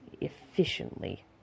efficiently